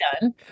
done